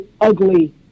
ugly